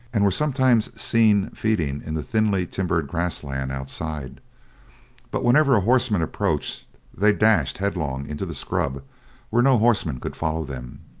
and were sometimes seen feeding in the thinly-timbered grass land outside but whenever a horseman approached they dashed headlong into the scrub where no horseman could follow them.